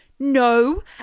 no